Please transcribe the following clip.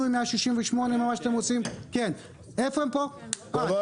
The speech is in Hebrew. תודה לאל,